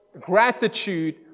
gratitude